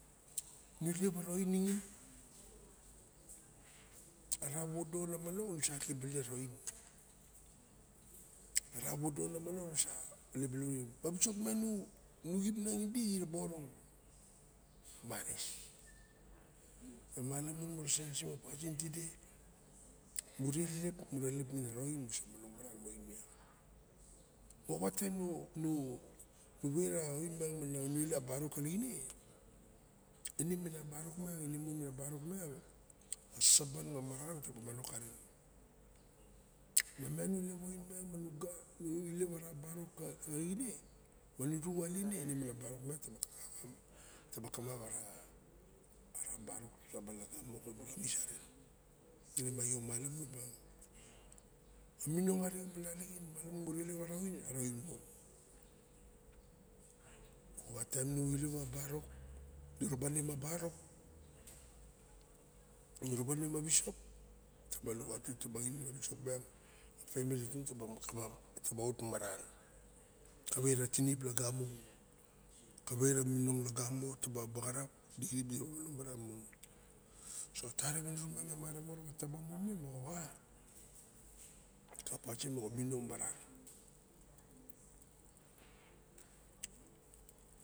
Nu lep ara oin ningin. A ra wowoolo na manong nusa lep balin aro oin. A wisok miang nuxip nangin idi diraba orong? Maris nialamun mura senisim a talieng tide mure elep mure eleped mara oin musa manong maran ma oin miang moxawa nu wet a oin miang manu ilep a barok kalixin e? Ine mana barok miang saban ma maran na manong karen. Ma miagn nu lepa oin miang nu ilev ara barok kalixin ne miang taba kamap ara barok saban lagamo xabu sisaren. M io malamun amininong arixem analaxin malamun mura ilep ara oin araoin mon. Maxa taim nu rabene ma barok nurabene ma wisok taba lukautim tumang mana wisok miang. Pemili tung taba kamap taba ot maran. Kavera tinip lagamo kavera mininong lagamo taba bagarap kirp diraba manong maran mon so tara winiso marawa aba mu me moxowa a pasin moxa mininong maran.